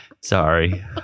Sorry